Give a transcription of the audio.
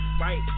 Right